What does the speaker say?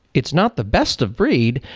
it's not the best-of-breed.